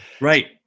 right